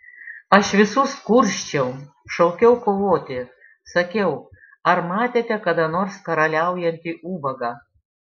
aš visus kursčiau šaukiau kovoti sakiau ar matėte kada nors karaliaujantį ubagą